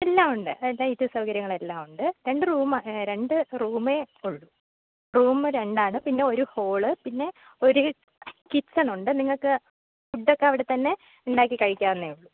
എല്ലാം ഉണ്ട് ലൈറ്റ് സൗകര്യങ്ങൾ എല്ലാം ഉണ്ട് രണ്ട് റൂമാ രണ്ട് റൂമേ ഉള്ളു റൂമ് രണ്ടാണ് പിന്നെ ഒരു ഹോള് പിന്നെ ഒരു കിച്ചൺ ഉണ്ട് നിങ്ങൾക്ക് ഫുഡ് ഒക്കെ അവിടെത്തന്നെ ഉണ്ടാക്കി കഴിക്കാവുന്നതേ ഉള്ളൂ